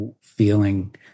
feeling